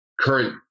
current